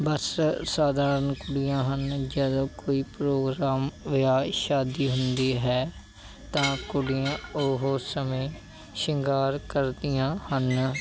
ਬਸ ਸਾਧਰਨ ਕੁੜੀਆਂ ਹਨ ਜਦੋਂ ਕੋਈ ਪ੍ਰੋਗਰਾਮ ਵਿਆਹ ਸ਼ਾਦੀ ਹੁੰਦੀ ਹੈ ਤਾਂ ਕੁੜੀਆਂ ਉਹ ਉਸ ਸਮੇਂ ਸ਼ਿੰਗਾਰ ਕਰਦੀਆਂ ਹਨ